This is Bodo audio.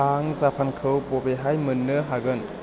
आं जापानखौ बबेहाय मोन्नो हागोन